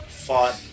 fought